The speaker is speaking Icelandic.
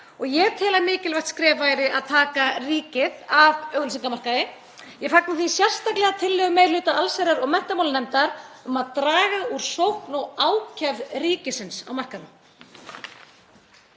að það væri mikilvægt skref að taka ríkið af auglýsingamarkaði. Ég fagna því sérstaklega tillögu meiri hluta allsherjar- og menntamálanefndar um að draga úr sókn og ákefð ríkisins á markaðnum.